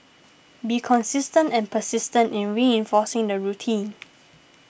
be consistent and persistent in reinforcing the routine